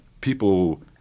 people